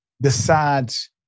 Decides